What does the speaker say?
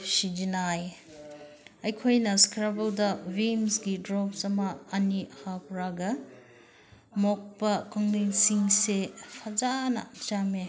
ꯁꯤꯖꯤꯟꯅꯩ ꯑꯩꯈꯣꯏꯅ ꯁ꯭ꯀꯔꯕꯔꯗ ꯚꯤꯝꯁꯀꯤ ꯗ꯭ꯔꯣꯞꯁ ꯑꯃ ꯑꯅꯤ ꯍꯥꯞꯄꯒ ꯑꯃꯣꯠꯄ ꯀꯣꯜꯂꯤꯛꯁꯤꯡꯁꯦ ꯐꯖꯅ ꯆꯥꯝꯃꯦ